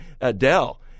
adele